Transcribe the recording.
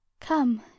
Come